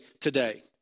today